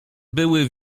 były